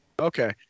Okay